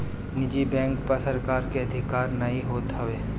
निजी बैंक पअ सरकार के अधिकार नाइ होत हवे